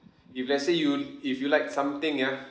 if let's say you if you like something ya